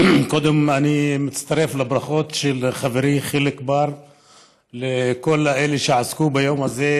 קודם כול אני מצטרף לברכות של חברי חיליק בר לכל אלה שעסקו ביום הזה,